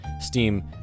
steam